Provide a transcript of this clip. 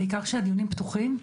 בעיקר כשהדיונים פתוחים,